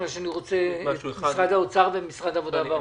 אני רוצה את משרד האוצר ומשרד העבודה והרווחה.